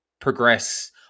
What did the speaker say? progress